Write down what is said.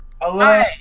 Hello